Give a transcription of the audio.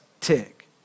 tick